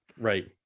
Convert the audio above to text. right